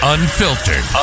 Unfiltered